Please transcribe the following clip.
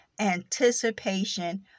anticipation